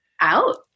out